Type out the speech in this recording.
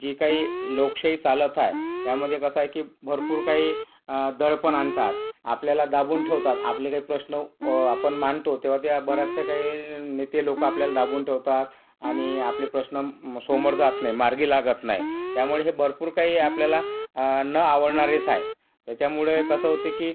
जी काही लोकशाही चालत हाय त्यामध्ये कसं आहे की भरपूर काही दडपण आणतात आपल्याला दाबून ठेवतात आणि आपले काही प्रश्न आपण मांडतो तेव्हा त्या बऱ्याचशा काही नेते लोक आपल्याला दाबून ठेवतात आणि आपले प्रश्न समोर जात नाही मार्गी लागत नाही त्यामुळे हे भरपूर काही आपल्याला न आवडणारेच हाय त्याच्यामुळे कसं होते की